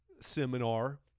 seminar